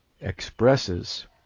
expresses